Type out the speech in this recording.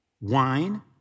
wine